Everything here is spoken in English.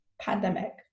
pandemic